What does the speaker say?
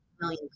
million